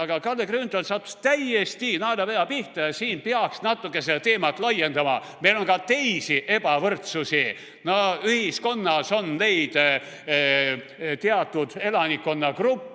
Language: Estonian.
siis Kalle Grünthal sai täiesti naelapea pihta ja siin peaks natuke seda teemat laiendama. Meil on ka teisi ebavõrdsusi. Ühiskonnas on neid teatud elanikkonnagruppe,